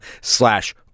slash